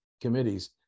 committees